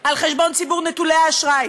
על חשבון ציבור נטולי האשראי,